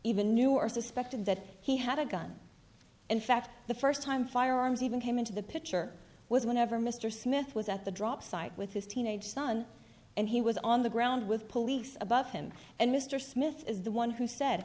even knew or suspected that he had a gun in fact the first time firearms even came into the picture was whenever mr smith was at the drop site with his teenage son and he was on the ground with police above him and mr smith is the one who said